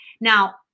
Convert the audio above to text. Now